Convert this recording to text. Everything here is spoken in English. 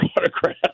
autograph